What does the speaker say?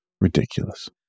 Ridiculous